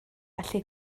allu